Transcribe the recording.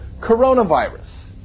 coronavirus